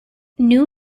new